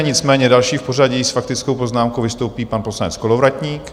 Nicméně další v pořadí s faktickou poznámkou vystoupí pan poslanec Kolovratník.